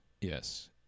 Yes